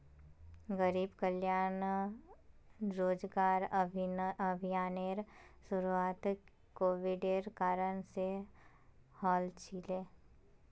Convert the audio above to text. गरीब कल्याण रोजगार अभियानेर शुरुआत कोविडेर कारण से हल छिले